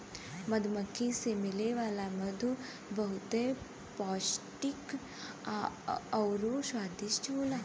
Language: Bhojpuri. मधुमक्खी से मिले वाला मधु बहुते पौष्टिक आउर स्वादिष्ट होला